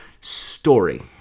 story